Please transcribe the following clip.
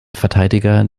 verteidiger